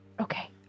okay